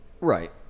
Right